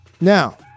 now